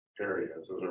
areas